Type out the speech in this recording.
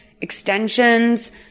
extensions